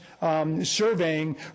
surveying